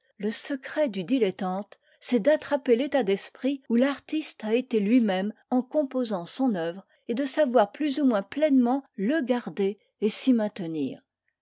le secret du dilettante c'est d'attraper l'état d'esprit où l'artiste a été lui-même en composant son œuvre et de savoir plus ou moins pleinement le garder et s'y maintenir